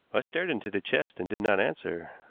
i stared into the chest and did not answer.